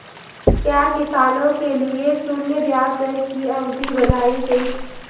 क्या किसानों के लिए शून्य ब्याज दर की अवधि बढ़ाई गई?